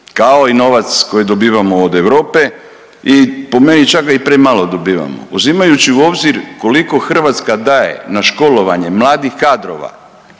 kao i novac koji dobivamo od Europe i po meni čak ga i premalo dobivamo. Uzimajući u obzir koliko Hrvatska daje na školovanje mladih kadrova